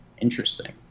Interesting